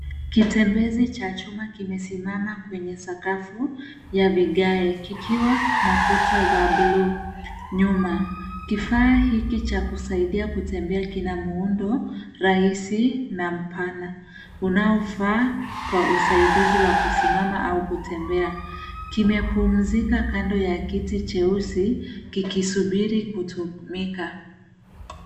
Kitembezi cha chuma kimesimama kwenye sakafu ya vigae kikiwa na kuta za buluu nyuma. Kifaa hiki cha kusaidia kutembea kina muundo rahisi na mpana unaofaa kwa usaidizi wa kusimama au kutembea. Kimepumzika kando ya kiti cheusi kikisubiri kutumika.